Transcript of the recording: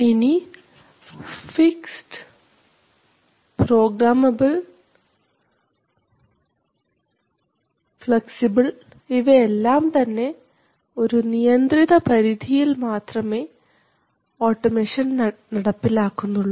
ഇനി fixed programmable flexible ഇവ എല്ലാം തന്നെ ഒരു നിയന്ത്രിത പരിധിയിൽ മാത്രമേ ഓട്ടോമേഷൻ നടപ്പിലാക്കുന്നുള്ളൂ